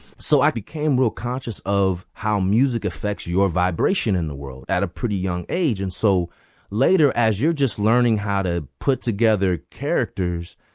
so i became real conscious of how music affects your vibration in the world world at a pretty young age. and so later, as you're just learning how to put together characters,